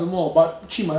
!huh! sian